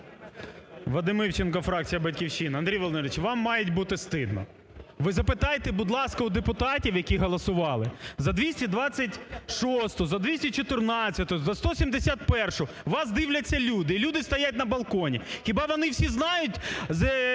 Вадим Івченко, фракція "Батьківщина". Андрій Володимировичу, вам має бути стидно. Ви запитайте, будь ласка, у депутатів, які голосували, за 226-у, за 214-у, за 171-у, вас дивляться люди. І люди стоять на балконі. Хіба вони всі знають,